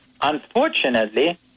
Unfortunately